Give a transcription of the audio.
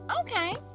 okay